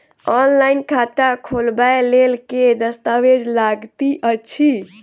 Online खाता खोलबय लेल केँ दस्तावेज लागति अछि?